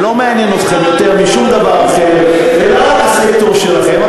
ולא מעניין אתכם יותר שום דבר אחר אלא רק הסקטור שלכם?